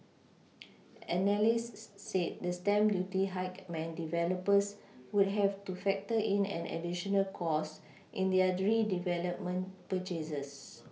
analysts said the stamp duty hike meant developers would have to factor in an additional cost in their redevelopment purchases